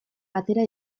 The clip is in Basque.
atera